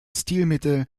stilmittel